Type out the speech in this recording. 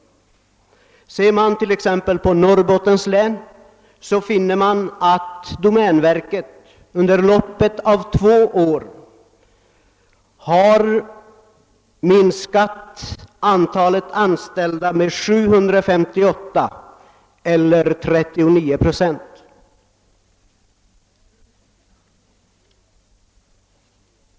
Ser man t.ex. på förhållandena i Norrbottens län finner man, att domänverket under loppet av två år har minskat antalet anställda med 758 eller 39 procent.